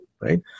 right